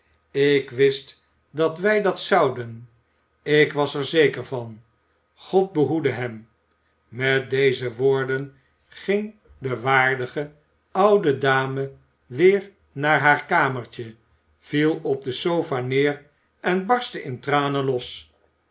ik wist dat wij dat zouden ik was er zeker van god behoede hem met deze woorden ging de waardige oude dame weer naar haar kamertje viel op de sofa neer en barstte in tranen los